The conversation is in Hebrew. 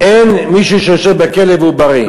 אין מישהו שיושב בכלא והוא בריא.